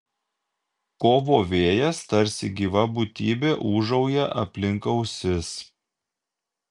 kovo vėjas tarsi gyva būtybė ūžauja aplink ausis